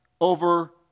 over